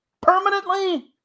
permanently